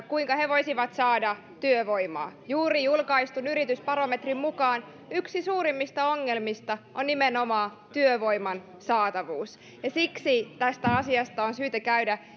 kuinka he voisivat saada työvoimaa juuri julkaistun yritysbarometrin mukaan yksi suurimmista ongelmista on nimenomaan työvoiman saatavuus ja siksi tästä asiasta on syytä käydä